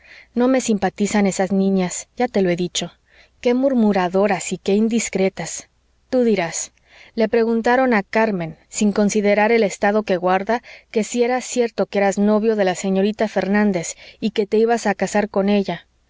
no me simpatizan esas niñas ya te lo he dicho qué murmuradoras y qué indiscretas tú dirás le preguntaron a carmen sin considerar el estado que guarda que si era cierto que eras novio de la señorita fernández y que te ibas a casar con ella